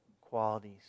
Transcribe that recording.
qualities